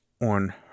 on